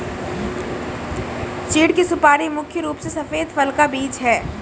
चीढ़ की सुपारी मुख्य रूप से सफेद फल का बीज है